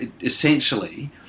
essentially